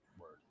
word